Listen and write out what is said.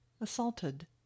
Assaulted